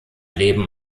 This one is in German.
leben